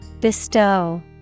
bestow